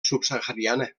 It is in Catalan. subsahariana